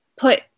put